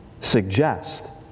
suggest